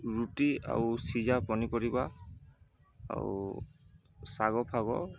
ରୁଟି ଆଉ ସିଝା ପନିପରିବା ଆଉ ଶାଗ ଫାଗ ଆଉ